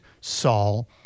Saul